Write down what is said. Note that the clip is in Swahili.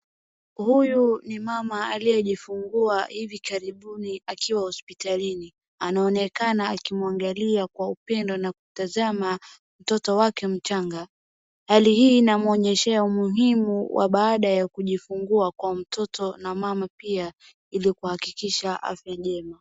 Huyu ni mama aliejifunguwa hivi kaibuni akiwa hospitalini, anaonekana akimwangalia kwa umpendo na kutazama mtoto wake mchanga, hari hii inamuonyeshea umuhimu wa baada ya kujifunguwa kwa mtoto na mama pia ili kuhakikisha afya njema.